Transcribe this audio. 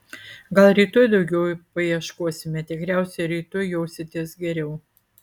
gal rytoj daugiau paieškosime tikriausiai rytoj jausitės geriau